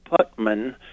Putman